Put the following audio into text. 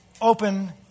open